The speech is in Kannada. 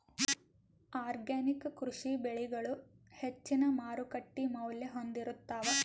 ಆರ್ಗ್ಯಾನಿಕ್ ಕೃಷಿ ಬೆಳಿಗಳು ಹೆಚ್ಚಿನ್ ಮಾರುಕಟ್ಟಿ ಮೌಲ್ಯ ಹೊಂದಿರುತ್ತಾವ